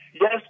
yes